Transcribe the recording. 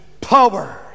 power